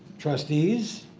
trustees,